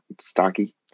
stocky